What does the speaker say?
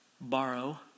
borrow